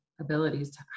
abilities